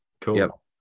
cool